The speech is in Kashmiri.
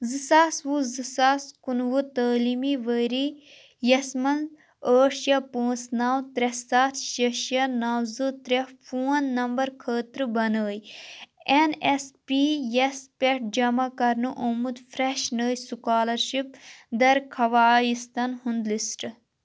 زٕ ساس وُہ زٕ ساس کُنوُہ تعلیٖمی ؤرۍیَس مَنٛز ٲٹھ شےٚ پانٛژھ نَو ترٛےٚ سَتھ شےٚ شےٚ نَو زٕ ترٛےٚ فون نمبر خٲطرٕ بنٲوِۍ این ایس پی یَس پٮ۪ٹھ جمع کَرنہٕ آمُت فرٛیش نٔۍ سُکالرشِپ درخواستن ہُنٛد لِسٹ